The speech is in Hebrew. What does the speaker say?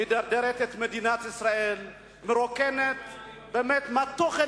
מדרדרת את מדינת ישראל ומרוקנת מתוכן